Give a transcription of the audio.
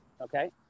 okay